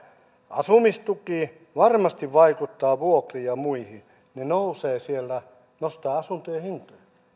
asumistuki varmasti vaikuttaa vuokriin ja muihin ne nousevat siellä nostavat asuntojen hintoja